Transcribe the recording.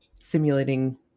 simulating